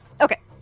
Okay